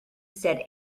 said